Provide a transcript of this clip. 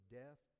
death